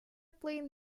playing